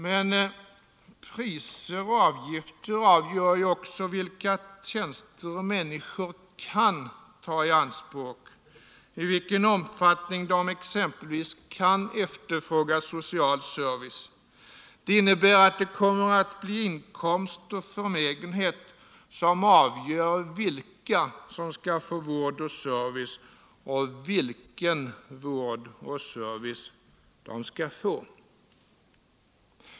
Men priser och avgifter avgör också vilka tjänster människor kan ta i anspråk, i vilken omfattning de exempelvis kan efterfråga social service. Det innebär att det kommer att bli inkomst och förmögenhet som avgör vilka som skall få vård och service och vilken vård och service de skall få.